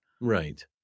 Right